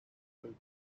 opened